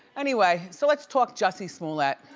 anyway, so let's talk jussie smollett.